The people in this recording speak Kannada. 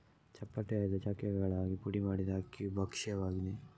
ಚಪ್ಪಟೆಯಾದ ಚಕ್ಕೆಗಳಾಗಿ ಪುಡಿ ಮಾಡಿದ ಅಕ್ಕಿಯ ಭಕ್ಷ್ಯವಾಗಿದೆ